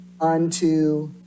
unto